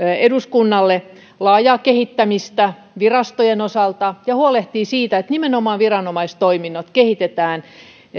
eduskunnalle laajaa kehittämistä virastojen osalta ja huolehtii siitä että nimenomaan viranomaistoiminnot kehitetään